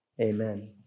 amen